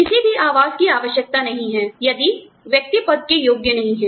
किसी भी आवास की आवश्यकता नहीं है यदि व्यक्ति पद के योग्य नहीं है